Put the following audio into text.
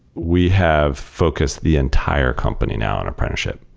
we have focused the entire company now in apprenticeship.